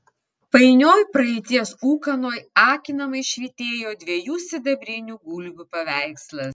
painioj praeities ūkanoj akinamai švytėjo dviejų sidabrinių gulbių paveikslas